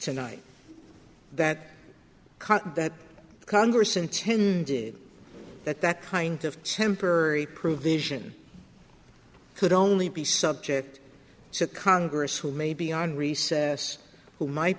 tonight that cut that congress intended that that kind of temporary prove the asian could only be subject to congress who may be on recess who might